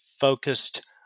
focused